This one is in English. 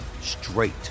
straight